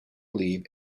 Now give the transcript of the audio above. leave